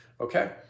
Okay